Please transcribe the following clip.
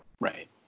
Right